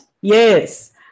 yes